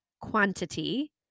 quantity